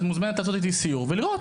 את מוזמנת לבוא ולעשות איתי סיור ולראות.